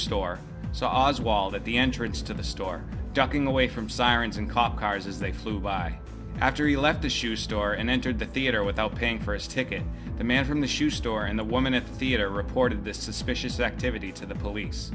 store saw oswald at the entrance to the store ducking away from sirens and cop cars as they flew by after he left the shoe store and entered the theater without paying for his ticket the man from the shoe store and the woman a theater reported this suspicious activity to the police